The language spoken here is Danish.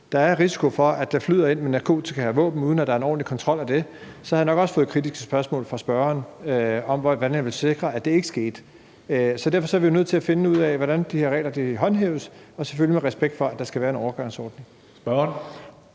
der er risiko for, at det flyder ind med narkotika og våben, uden at der er en ordentlig kontrol af det, så havde jeg nok også fået kritiske spørgsmål fra spørgeren om, hvordan jeg ville sikre, at det ikke skete. Derfor er vi nødt til at finde ud af, hvordan de her regler håndhæves, selvfølgelig med respekt for, at der skal være en overgangsordning.